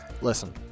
Listen